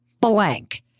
blank